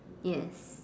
yes